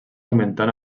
augmentant